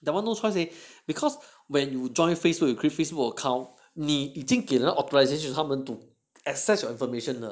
that one no choice leh because when you join Facebook you create Facebook account 你以经给了 authorization 他们 to access your information 了